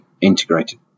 integrated